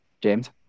james